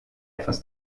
etwas